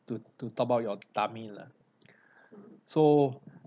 to to top up your tummy lah so